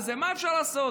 מה אפשר לעשות?